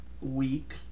week